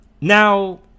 Now